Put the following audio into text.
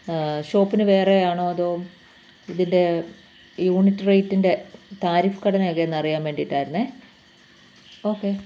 ഷോപ്പിന് വേറെ ആണോ അതോ ഇതിന്റെ യൂണിറ്റ് റേറ്റിന്റെ താരിഫ് ഘടനയൊക്കെ ഒന്നറിയാൻ വേണ്ടിയിട്ടായിരുന്നു അത് ഓക്കെ